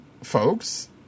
folks